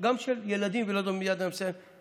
גם של ילדים נורמטיביים,